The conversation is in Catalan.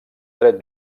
tret